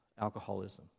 alcoholism